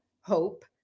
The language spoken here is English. Hope